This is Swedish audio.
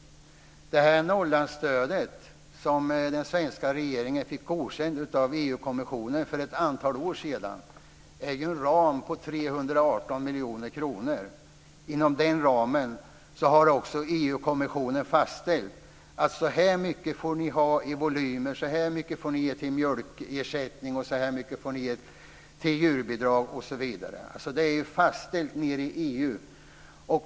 Det stödet, som den svenska regeringen för ett antal år sedan fick godkänt av EU-kommissionen, är en ram på 318 miljoner kronor. Inom den ramen har också EU-kommissionen fastställt hur mycket man får ha i volymer, hur mycket man får ge till mjölkersättning, hur mycket man får ge till djurbidrag osv. Det är fastställt i EU.